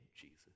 Jesus